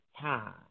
time